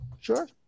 Sure